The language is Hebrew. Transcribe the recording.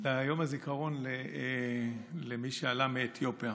ליום הזיכרון למי שעלה מאתיופיה.